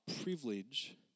privilege